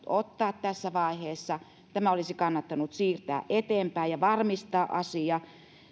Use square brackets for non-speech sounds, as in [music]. [unintelligible] ottaa tässä vaiheessa tämä olisi kannattanut siirtää eteenpäin ja varmistaa asia